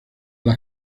las